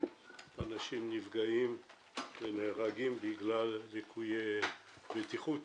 אנשים נפגעים ונהרגים בגלל ליקויי בטיחות,